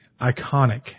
iconic